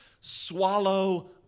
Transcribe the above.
swallow